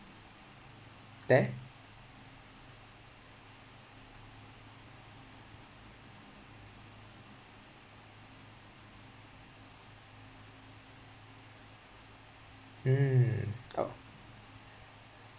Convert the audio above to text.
there mm oh